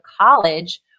college